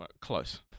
Close